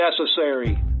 necessary